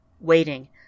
waiting